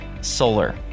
Solar